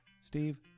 Steve